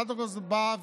הצעת החוק הזאת באה,